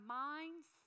minds